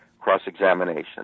cross-examination